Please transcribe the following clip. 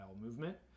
movement